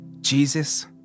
Jesus